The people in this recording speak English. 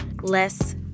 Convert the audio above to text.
Less